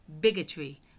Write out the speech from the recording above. bigotry